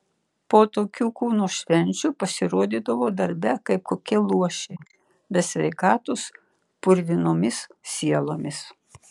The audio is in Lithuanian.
po tokių kūno švenčių pasirodydavo darbe kaip kokie luošiai be sveikatos purvinomis sielomis